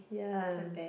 ya